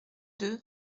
deux